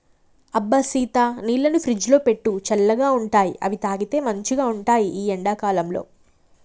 అబ్బ సీత నీళ్లను ఫ్రిజ్లో పెట్టు చల్లగా ఉంటాయిఅవి తాగితే మంచిగ ఉంటాయి ఈ ఎండా కాలంలో